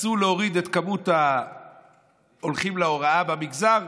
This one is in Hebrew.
רצו להוריד את מספר ההולכים להוראה במגזר,